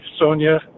Sonia